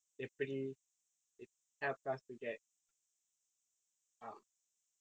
எப்படி:eppadi helps us to get um